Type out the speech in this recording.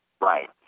right